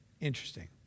Interesting